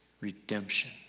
redemption